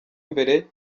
mbere